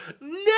no